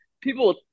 people